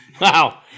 wow